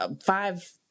Five